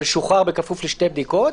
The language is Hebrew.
אבל שוחרר בכפוף לשתי בדיקות,